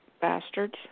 Bastards